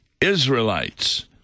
Israelites